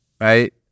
right